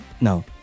No